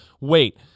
wait